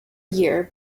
year